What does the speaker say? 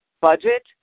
budget